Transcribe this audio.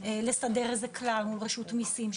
לסדר איזה כלל עם רשות המיסים,